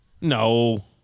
no